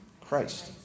Christ